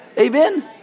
Amen